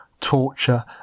torture